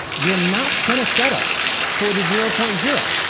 you're not going to settle for the zero point zero.